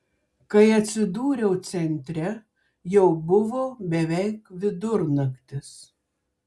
kai atsidūriau centre jau buvo beveik vidurnaktis